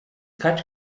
kaç